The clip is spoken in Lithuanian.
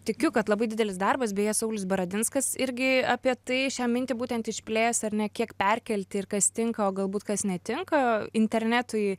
tikiu kad labai didelis darbas beje saulius baradinskas irgi apie tai šią mintį būtent išplės ar ne kiek perkelti ir kas tinka o galbūt kas netinka internetui